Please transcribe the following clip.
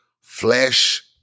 Flesh